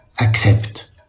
accept